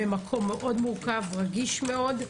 במקום מורכב מאוד ורגיש מאוד,